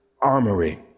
armory